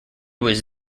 was